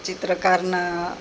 ચિત્રકારના